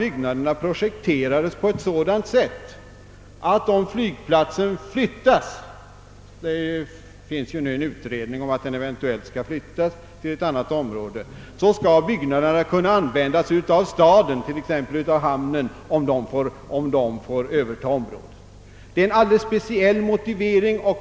Byggnaderna projekterades på ett sådant sätt att om flygplatsen flyttas — det finns en utredning om det — så skulle de kunna användas av t.ex. hamnen i staden. I detta fall fanns det alltså en speciell motivering.